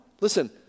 listen